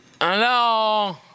Hello